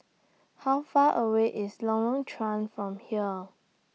How Far away IS Lorong Chuan from here